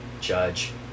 judge